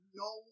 no